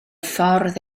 ffordd